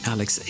Alex